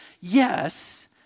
Yes